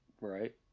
Right